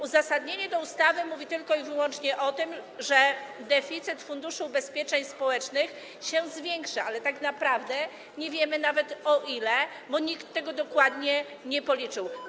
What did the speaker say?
Uzasadnienie ustawy mówi tylko i wyłącznie o tym, że deficyt Funduszu Ubezpieczeń Społecznych się zwiększa, ale nie wiemy nawet o ile, bo nikt tego dokładnie nie policzył.